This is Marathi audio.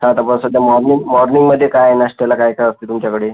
हां आता बघा सध्या मॉर्निंग मॉर्निंगमध्ये काय नाश्त्याला काय काय असते तुमच्याकडे